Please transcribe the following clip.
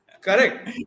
Correct